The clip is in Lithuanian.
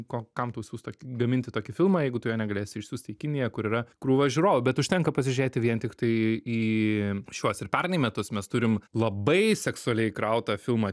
ko kam tau siųst tą gaminti tokį filmą jeigu tu jo negalėsi išsiųsti į kiniją kur yra krūva žiūrovų bet užtenka pasižiūrėti vien tiktai į šiuos ir pernai metus mes turim labai seksualiai įkrautą filmą